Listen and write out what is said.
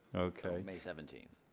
okay may seventeenth.